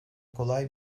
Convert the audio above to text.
kolay